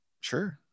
Sure